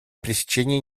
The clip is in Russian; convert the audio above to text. пресечение